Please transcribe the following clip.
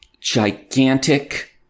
gigantic